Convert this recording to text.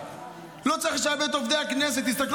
לא צריך לשעבד את עובדי הכנסת.